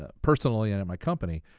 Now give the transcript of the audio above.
ah personally and in my company.